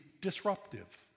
disruptive